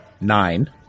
Nine